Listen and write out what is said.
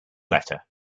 letter